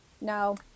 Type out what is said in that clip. No